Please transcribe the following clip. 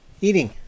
eating